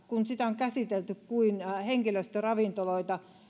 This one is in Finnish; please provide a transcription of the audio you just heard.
kun opiskelijaravintolatoimintaa on käsitelty kuin henkilöstöravintoloita